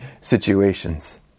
situations